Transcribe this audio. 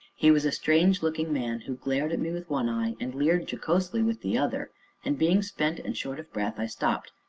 he was a strange-looking man, who glared at me with one eye and leered jocosely with the other and, being spent and short of breath, i stopped,